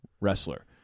wrestler